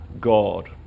God